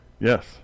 Yes